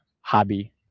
hobby